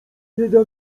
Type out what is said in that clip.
bieda